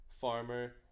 farmer